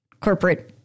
corporate